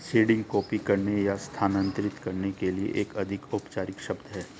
seeding कॉपी करने या स्थानांतरित करने के लिए एक अधिक औपचारिक शब्द है